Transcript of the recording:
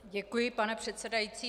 Děkuji, pane předsedající.